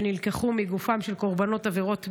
שנלקחו מגופם של קורבנות עבירות מין,